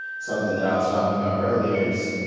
something that i was talking about earlier is